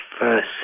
first